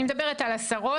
אני מדברת על עשרות.